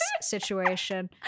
situation